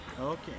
Okay